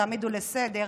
תעמידו לסדר,